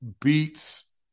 beats